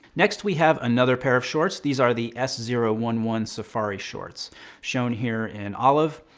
next, we have another pair of shorts. these are the s zero one one safari shorts shown here in olive.